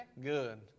Good